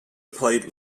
played